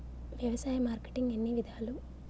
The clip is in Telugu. వ్యవసాయ మార్కెటింగ్ ఎన్ని విధాలు?